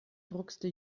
druckste